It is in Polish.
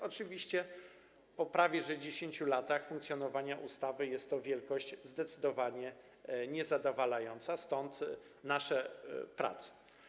Oczywiście po prawie 10 latach funkcjonowania ustawy jest to wielkość zdecydowanie niezadowalająca, stąd nasze prace.